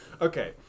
Okay